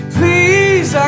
please